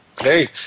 hey